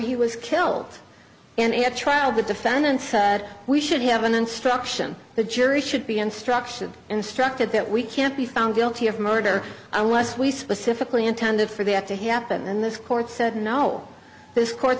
he was killed and at trial the defendant said we should have an instruction the jury should be instruction instructed that we can't be found guilty of murder i was we specifically intended for the act to happen in this court said no this court